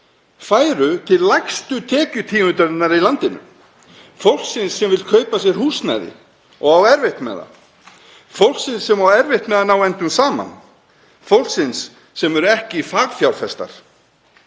færu til lægstu tekjutíundarinnar í landinu, fólksins sem vill kaupa sér húsnæði og á erfitt með það, fólksins sem á erfitt með að ná endum saman, fólksins sem er ekki fagfjárfestar.